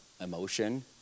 emotion